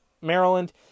Maryland